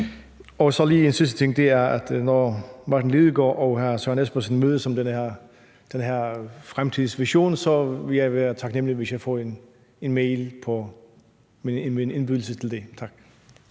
sig. Så lige en sidste ting, og det er, at når hr. Martin Lidegaard og hr. Søren Espersen mødes om den her fremtidsvision, vil jeg være taknemlig, hvis jeg får en indbydelse til det. Tak.